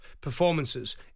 performances